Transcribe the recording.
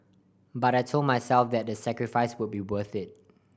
but I told myself that the sacrifice would be worth it